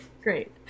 great